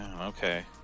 okay